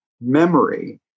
memory